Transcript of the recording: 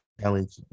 challenge